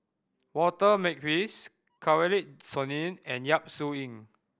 Walter Makepeace Kanwaljit Soin and Yap Su Yin